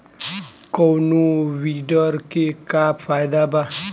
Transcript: कौनो वीडर के का फायदा बा?